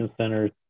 centers